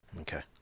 Okay